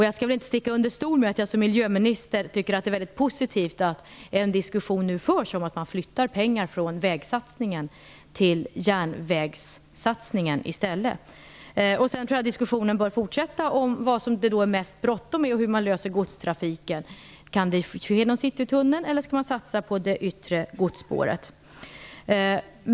Jag skall väl inte sticka under stol med att jag som miljöminister tycker att det är mycket positivt att en diskussion nu förs om att flytta pengar från vägsatsningen till järnvägssatsningen. Sedan tror jag att diskussionen bör fortsätta om vad det är mest bråttom med och hur man skall finna en lösning för godstrafiken. Kan det ske genom citytunneln eller skall man satsa på det yttre godsspåret?